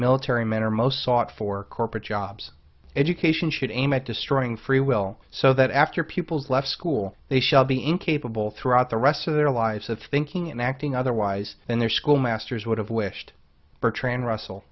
military men are most sought for corporate jobs education should aim at destroying free will so that after peoples left school they shall be incapable throughout the rest of their lives of thinking and acting otherwise than their school masters would have wished for train russell